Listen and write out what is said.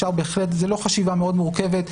זו לא חשיבה מאוד מורכבת,